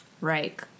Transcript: Right